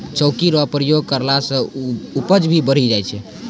चौकी रो प्रयोग करला से उपज भी बढ़ी जाय छै